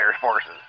forces